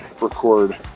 record